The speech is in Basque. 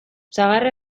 sagarra